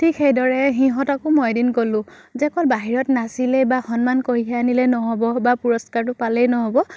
ঠিক সেইদৰে সিহঁতকো মই এদিন ক'লোঁ যে অকল বাহিৰত নাচিলেই বা সন্মান কঢ়িয়াই আনিলেই নহ'ব বা পুৰস্কাৰটো পালেই নহ'ব